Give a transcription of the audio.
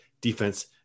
defense